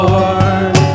Lord